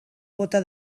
bóta